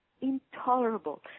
intolerable